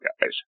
guys